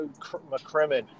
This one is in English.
McCrimmon